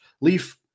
leaf